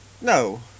No